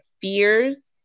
fears